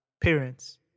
parents